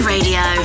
Radio